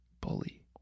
bully